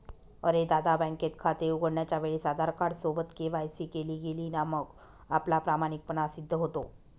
अरे दादा, बँकेत खाते उघडण्याच्या वेळेस आधार कार्ड सोबत के.वाय.सी केली ना मग आपला प्रामाणिकपणा सिद्ध होतो